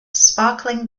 sparkling